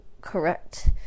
correct